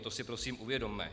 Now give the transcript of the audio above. To si prosím uvědomme.